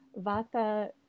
vata